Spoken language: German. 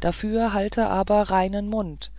dafür halte aber reinen mund